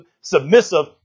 submissive